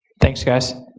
thanks, guys.